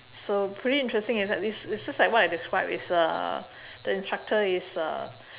so pretty interesting it's like this it's just like what I describe it's uh the instructor is uh